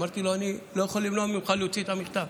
ואמרתי לו: אני לא יכול למנוע ממך להוציא את המכתב.